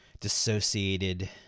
dissociated